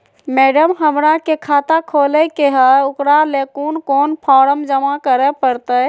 Madam, हमरा के खाता खोले के है उकरा ले कौन कौन फारम जमा करे परते?